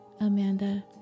Amanda